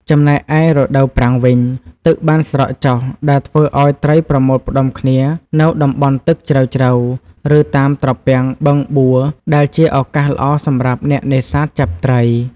ចំណែកឯរដូវប្រាំងវិញ ទឹកបានស្រកចុះ ដែលធ្វើឲ្យត្រីប្រមូលផ្ដុំគ្នានៅតំបន់ទឹកជ្រៅៗ ឬតាមត្រពាំងបឹងបួរ ដែលជាឱកាសល្អសម្រាប់អ្នកនេសាទចាប់ត្រី។